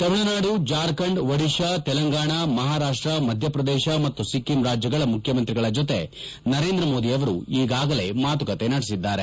ತಮಿಳುನಾಡು ಜಾರ್ಖಂಡ್ ಒಡಿಶಾ ತೆಲಂಗಾಣ ಮಹಾರಾಷ್ಟ ಮಧ್ಯಪ್ರದೇಶ ಮತ್ತು ಸಿಕ್ಕಿಂ ರಾಜ್ಯಗಳ ಮುಖ್ಖಮಂತ್ರಿಗಳ ಜೊತೆ ನರೇಂದ್ರ ಮೋದಿ ಅವರು ಈಗಾಗಲೇ ಮಾತುಕತೆ ನಡೆಸಿದ್ದಾರೆ